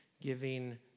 giving